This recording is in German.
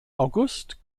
august